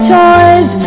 toys